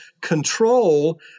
control